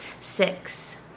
six